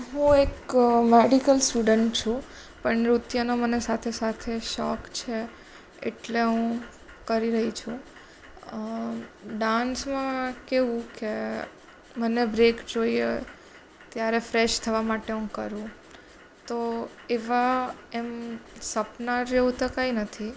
હું એક medical student છું પણ નૃત્યનો મને સાથે સાથે શોખ છે એટલે હું કરી રહી છું ડાન્સમાં કેવું કે મને બ્રેક જોઈએ ત્યારે ફ્રેશ થવા માટે હું કરું તો એવા એમ સપના જેવું તો કંઈ નથી